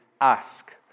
ask